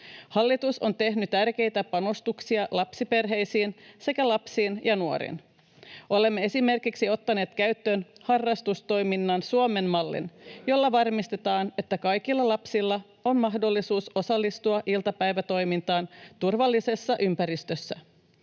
Hallitus on tehnyt tärkeitä panostuksia lapsiperheisiin sekä lapsiin ja nuoriin. Olemme esimerkiksi ottaneet käyttöön harrastustoiminnan Suomen mallin, jolla varmistetaan, että kaikilla lapsilla on mahdollisuus osallistua iltapäivätoimintaan turvallisessa ympäristössä.